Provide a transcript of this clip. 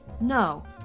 No